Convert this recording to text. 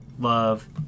love